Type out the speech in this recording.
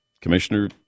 commissioner